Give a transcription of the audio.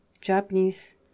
Japanese